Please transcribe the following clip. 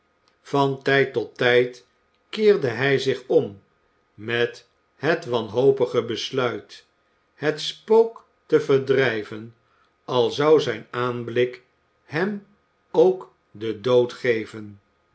van tijd tot tijd keerde hij zich om met het wanhopige besluit het spook te verdrijven al zou zijn aanblik hem ook den dood geven